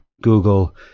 Google